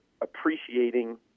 appreciating